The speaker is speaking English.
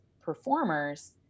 performers